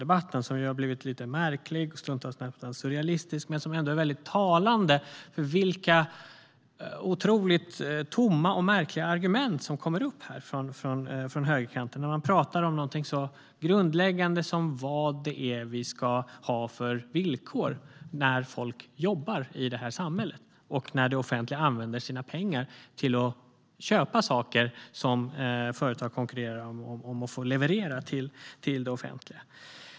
Debatten har blivit lite märklig och stundtals nästan surrealistisk, men den är ändå väldigt talande när det gäller de otroligt tomma och märkliga argument som kommer upp från högerkanten när man pratar om något så grundläggande som vilka villkor vi ska ha när folk jobbar i samhället och när det offentliga använder sina pengar till att köpa saker som företag konkurrerar om att få leverera till det offentliga.